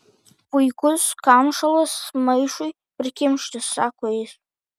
puikus kamšalas maišui prikimšti sako jis